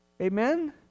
Amen